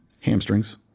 Hamstrings